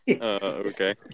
Okay